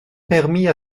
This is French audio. permit